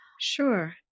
Sure